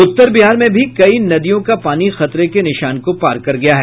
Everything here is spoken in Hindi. उत्तर बिहार में भी कई नदियों का पानी खतरे के निशान को पार कर गया है